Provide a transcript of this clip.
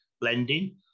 blending